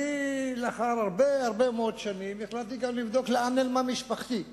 לאחר הרבה מאוד שנים החלטתי לבדוק לאן נעלמה משפחתי.